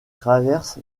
traverse